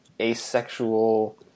asexual